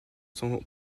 sont